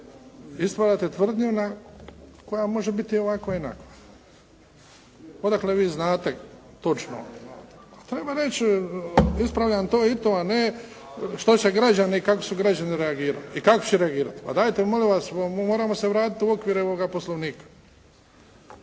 Ispravljate tvrdnju koja može biti onakva i ovakva. Odakle vi znate točno. Treba reći ispravljam to i to, a ne što će građani i kako će građani reagirati i kako će reagirati, pa dajte molim vas moramo se vratiti u okvir Poslovnika.